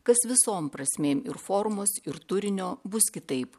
kas visom prasmėm ir formos ir turinio bus kitaip